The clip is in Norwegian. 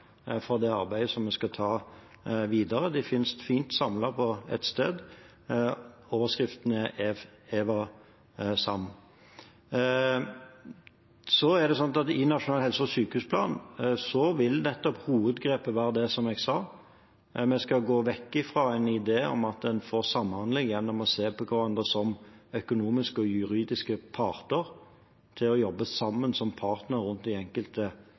for det arbeidet som vi skal ta videre. De fins fint samlet på ett sted. Overskriften er EVASAM. I Nasjonal helse- og sykehusplan vil nettopp hovedgrepet være det som jeg sa: Vi skal gå vekk fra en idé om at en får samhandling gjennom å se på hverandre som økonomiske og juridiske parter, til å jobbe sammen som partnere rundt de enkelte